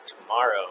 tomorrow